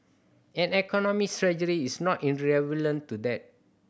and economic strategy is not to that